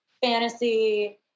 fantasy